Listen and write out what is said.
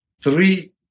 three